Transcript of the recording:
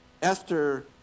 Esther